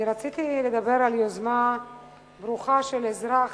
אני רציתי לדבר על יוזמה ברוכה של אזרח